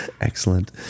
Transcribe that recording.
Excellent